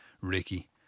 Ricky